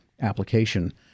application